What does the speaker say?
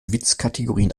witzkategorien